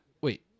Wait